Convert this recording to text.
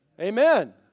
Amen